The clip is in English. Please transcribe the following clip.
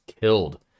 killed